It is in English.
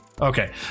Okay